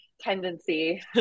tendency